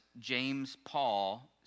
James-Paul